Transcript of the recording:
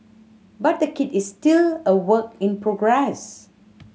but the kit is still a work in progress